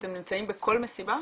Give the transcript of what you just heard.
אתם נמצאים בכל מסיבה?